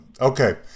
Okay